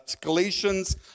galatians